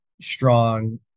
strong